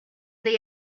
they